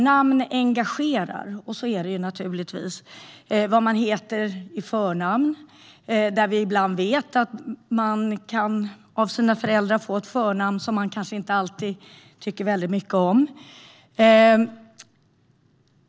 Namn engagerar naturligtvis, till exempel vad man heter i förnamn. Vi vet att föräldrar ibland ger sina barn förnamn som barnen kanske inte alltid tycker så väldigt mycket om.